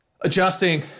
adjusting